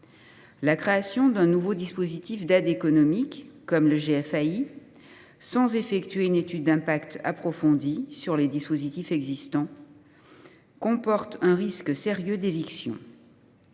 La création d’un nouveau dispositif d’aide économique comme le GFAI sans effectuer, au préalable, une étude d’impact approfondie sur les dispositifs existants comporte un risque sérieux d’éviction